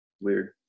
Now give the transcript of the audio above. Weird